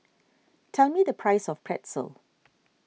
tell me the price of Pretzel